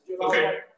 Okay